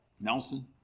Nelson